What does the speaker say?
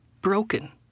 broken